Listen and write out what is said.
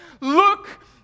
Look